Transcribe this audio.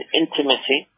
intimacy